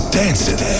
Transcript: dancing